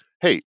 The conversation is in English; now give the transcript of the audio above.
hey